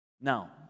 Now